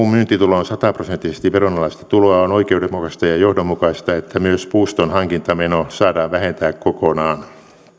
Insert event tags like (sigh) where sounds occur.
(unintelligible) myyntitulo on sataprosenttisesti veronalaista tuloa on oikeudenmukaista ja ja johdonmukaista että myös puuston hankintameno saadaan vähentää kokonaan